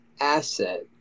asset